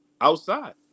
outside